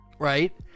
right